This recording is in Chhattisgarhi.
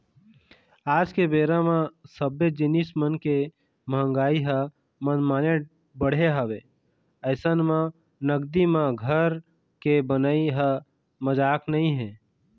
आज के बेरा म सब्बे जिनिस मन के मंहगाई ह मनमाने बढ़े हवय अइसन म नगदी म घर के बनई ह मजाक नइ हे